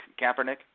Kaepernick